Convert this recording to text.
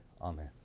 Amen